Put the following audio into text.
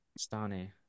Stani